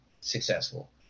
successful